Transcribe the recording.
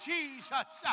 Jesus